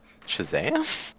Shazam